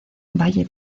valle